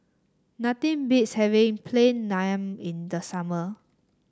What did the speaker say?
nothing beats having Plain Naan in the summer